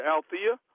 Althea